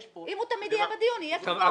אם הוא תמיד יהיה בדיון, יהיה קוורום.